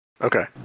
okay